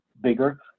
bigger